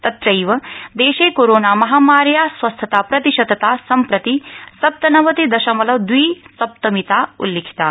तत्रैव देशे कोरोनामहामार्या स्वस्थता प्रतिशतता सम्प्रति सप्तनवति दशमलव द्वि सप्तमिता उल्लिखिता